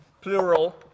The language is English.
plural